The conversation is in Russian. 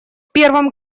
первом